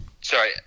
Sorry